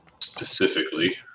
specifically